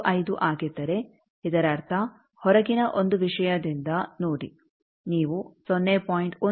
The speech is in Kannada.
15 ಆಗಿದ್ದರೆ ಇದರರ್ಥ ಹೊರಗಿನ ಒಂದು ವಿಷಯದಿಂದ ನೋಡಿ ನೀವು 0